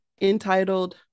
entitled